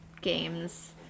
games